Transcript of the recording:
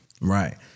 Right